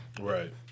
Right